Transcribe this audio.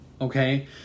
Okay